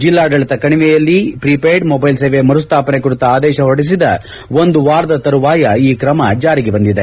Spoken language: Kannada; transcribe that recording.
ಜಿಲ್ಲಾಡಳಿತ ಕಣಿವೆಯಲ್ಲಿ ಪ್ರೀ ಪೇಡ್ ಮೊದ್ಯೆಲ್ ಸೇವೆ ಮರುಸ್ಥಾಪನೆ ಕುರಿತ ಆದೇಶ ಹೊರಡಿಸಿದ ಒಂದು ವಾರದ ತರುವಾಯ ಈ ಕ್ರಮ ಜಾರಿಗೆ ಬಂದಿದೆ